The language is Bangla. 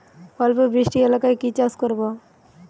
অল্প বৃষ্টি এলাকায় কি চাষ করব?